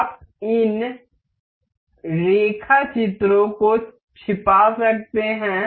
आप उन रेखाचित्रों को छिपा सकते हैं